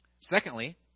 Secondly